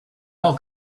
all